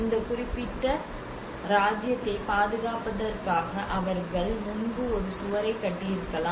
இந்த குறிப்பிட்ட ராஜ்யத்தைப் பாதுகாப்பதற்காக அவர்கள் முன்பு ஒரு சுவரைக் கட்டியிருக்கலாம்